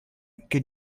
che